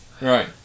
Right